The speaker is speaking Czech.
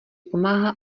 pomáhá